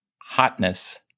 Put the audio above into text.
hotness